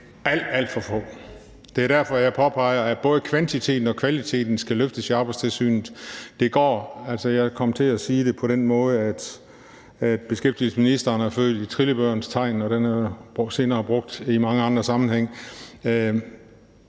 alt for få. Det er derfor, at jeg påpeger, at både kvantiteten og kvaliteten skal løftes i Arbejdstilsynet. Jeg kom til at sige det på den måde, at beskæftigelsesministeren er født i trillebørens tegn, og det er senere brugt i mange andre sammenhænge.